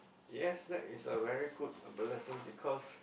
yes that is a very good ability because